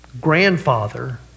grandfather